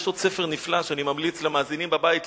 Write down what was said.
יש עוד ספר נפלא שאני ממליץ למאזינים בבית לקרוא,